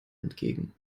entgegen